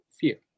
fear